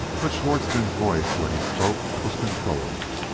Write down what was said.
but schwartzmann's voice, when he spoke, was controlled.